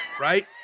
right